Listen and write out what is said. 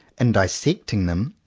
in dissecting them,